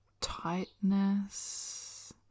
tightness